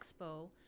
expo